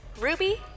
Ruby